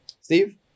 Steve